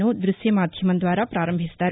సు దృశ్య మాధ్యమం ద్వారా ప్రారంభిస్తారు